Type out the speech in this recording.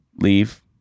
leave